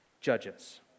judges